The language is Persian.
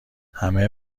همه